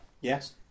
Yes